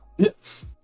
Yes